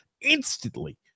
instantly